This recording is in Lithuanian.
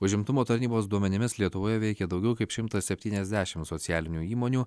užimtumo tarnybos duomenimis lietuvoje veikė daugiau kaip šimtas septyniasdešimt socialinių įmonių